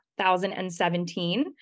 2017